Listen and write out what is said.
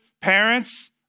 parents